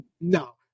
No